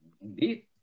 Indeed